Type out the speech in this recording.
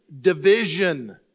division